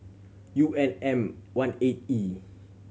U N M One eight E